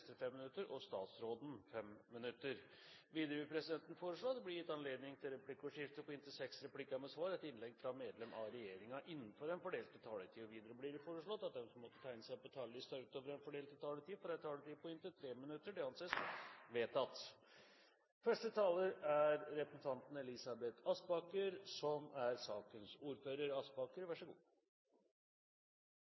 til 40 minutter og fordeles med inntil 5 minutter til hvert parti og inntil 5 minutter til medlem av regjeringen. Videre vil presidenten foreslå at det gis anledning til replikkordskifte på inntil tre replikker med svar etter innlegg fra medlem av regjeringen innenfor den fordelte taletid. Videre blir det foreslått at de som måtte tegne seg på talerlisten utover den fordelte taletid, får en taletid på inntil 3 minutter. – Det anses vedtatt.